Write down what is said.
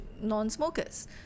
non-smokers